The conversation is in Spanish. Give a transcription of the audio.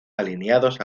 alineados